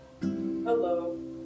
Hello